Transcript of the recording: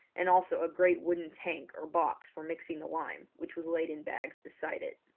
and also a great wooden tank or box for mixing the lime, which was laid in bags beside it.